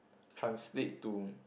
translate to